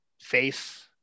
Face